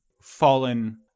fallen